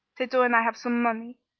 tato and i have some money,